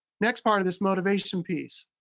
next part of this motivation piece,